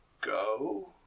go